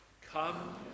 Come